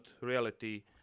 reality